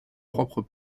propre